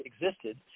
existed